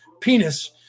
penis